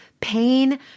pain